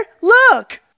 Look